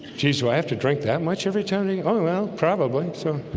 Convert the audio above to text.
jesus who i have to drink that much every tony. oh well probably so